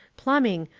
plumbing,